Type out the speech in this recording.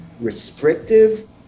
restrictive